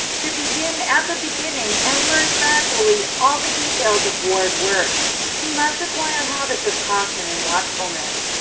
to begin at the beginning and learn gradually all the details of ward work he must acquire habits of caution and watchfulness,